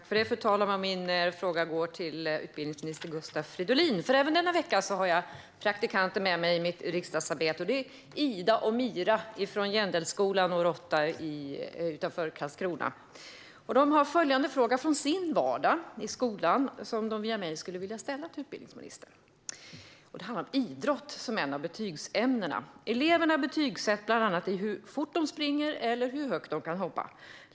Fru talman! Min fråga går till utbildningsminister Gustav Fridolin, för även denna vecka har jag praktikanter med mig i mitt riksdagsarbete, Ida och Mira från Jändelskolan 0-8 utanför Karlskrona. De har en fråga från sin vardag i skolan, som de gärna skulle vilja att jag ställer till utbildningsministern. Det handlar om idrott som ett av betygsämnena. Eleverna betygsätts bland annat i hur fort de kan springa eller hur högt de kan hoppa.